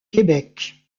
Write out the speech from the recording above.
québec